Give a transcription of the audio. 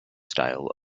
style